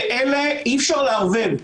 אי אפשר לערבב.